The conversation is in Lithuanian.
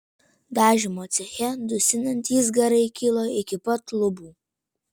dažymo ceche dusinantys garai kilo iki pat lubų